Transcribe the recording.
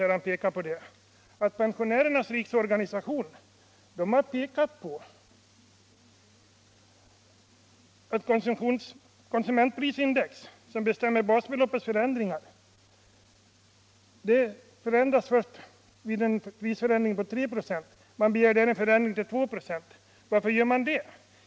Jag vill då erinra om att Pensionärernas riksorganisation har pekat på att konsumentprisindex, som bestämmer basbeloppet, ändras först vid en prisförändring på 3 96. Man begär en förändring till 2 96. Varför gör man det?